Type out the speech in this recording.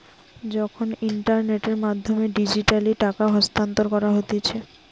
যখন ইন্টারনেটের মাধ্যমে ডিজিটালি টাকা স্থানান্তর করা হতিছে